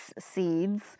seeds